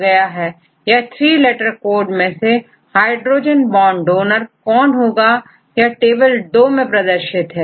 अब 3 letter code में से हाइड्रोजन बॉन्ड डोनर कौन होगा यह टेबल दो में प्रदर्शित है